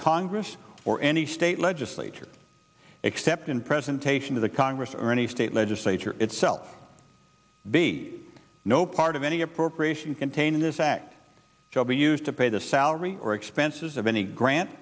congress or any state legislature except in presentation to the congress or any state legislature itself be no part of any appropriation contained in this act shall be used to pay the salary or expenses of any grant